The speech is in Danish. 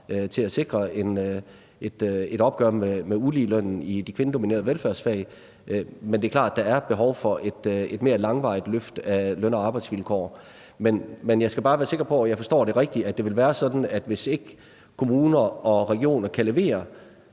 til at sikre et opgør med uligelønnen i de kvindedominerede velfærdsfag, men det er også klart, at der er et behov for et mere langvarigt løft af løn- og arbejdsvilkår. Men jeg skal bare være sikker på, at jeg forstår det rigtigt, altså at det vil være sådan, at hvis ikke kommuner og regioner kan levere